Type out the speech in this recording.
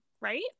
right